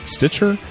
Stitcher